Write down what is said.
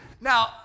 Now